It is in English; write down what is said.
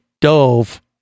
dove